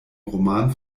roman